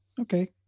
Okay